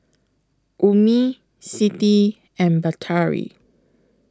Ummi Siti and Batari